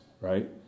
right